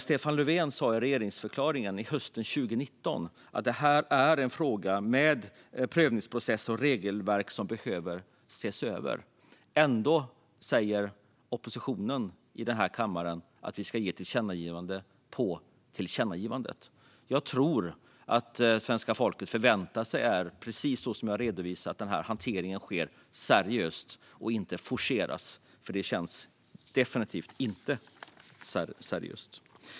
Stefan Löfven sa dessutom i regeringsförklaringen hösten 2019 att frågan om prövningsprocesser och regelverk behöver ses över. Ändå säger oppositionen i denna kammare att vi ska göra ett tillkännagivande om tillkännagivandet. Jag tror att svenska folket förväntar sig att den här hanteringen, precis som jag har redovisat, sker seriöst och inte forceras fram. Det känns definitivt inte seriöst.